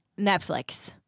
Netflix